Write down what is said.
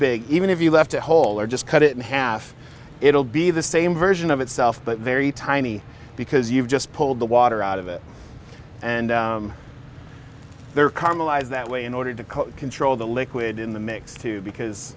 big even if you left a hole or just cut it in half it'll be the same version of itself but very tiny because you've just pulled the water out of it and there karma lies that way in order to control the liquid in the mix too because